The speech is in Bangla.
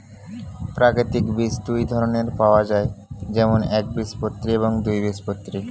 প্রাকৃতিক বীজ দুই ধরনের পাওয়া যায়, যেমন একবীজপত্রী এবং দুই বীজপত্রী